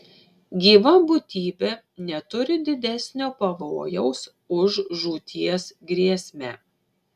gyva būtybė neturi didesnio pavojaus už žūties grėsmę